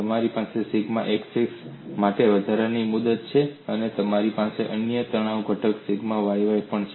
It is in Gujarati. તમારી પાસે સિગ્મા xx માટે વધારાની મુદત છે અને તમારી પાસે અન્ય તણાવ ઘટક સિગ્મા yy પણ છે